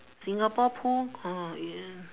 singapore pool ah ya